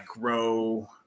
grow